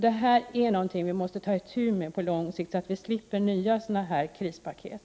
Detta är någonting som vi måste ta itu med på lång sikt så att vi slipper få sådana här krispaket.